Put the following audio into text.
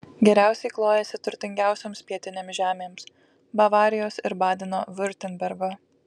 geriausiai klojasi turtingiausioms pietinėms žemėms bavarijos ir badeno viurtembergo